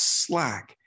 slack